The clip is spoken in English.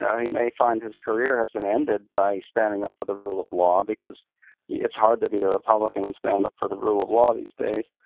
yeah he may find his career has been ended by standing up for the rule of law, because it's hard to be a republican and stand up for the rule of law these days.